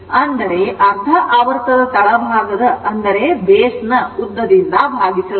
ಅಂದರೆ ಅರ್ಧ ಆವರ್ತದ ತಳಭಾಗದ ಉದ್ದದಿಂದ ಭಾಗಿಸಲಾಗಿದೆ